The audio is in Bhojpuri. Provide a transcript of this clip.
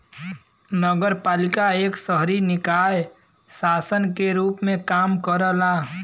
नगरपालिका एक शहरी निकाय शासन के रूप में काम करला